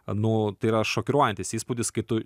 nu tai yra šokiruojantis įspūdis kai tu